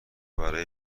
برای